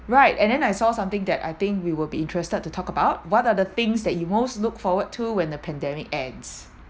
right and then I saw something that I think we will be interested to talk about what are the things that you most look forward to when the pandemic ends